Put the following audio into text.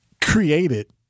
created